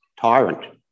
tyrant